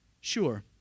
Sure